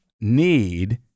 need